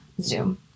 Zoom